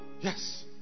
yes